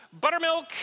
buttermilk